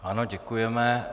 Ano, děkujeme.